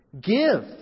Give